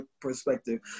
perspective